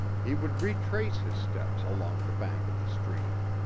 he would retrace his steps along the bank of the stream.